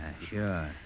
sure